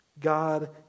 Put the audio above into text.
God